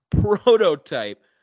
prototype